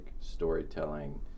storytelling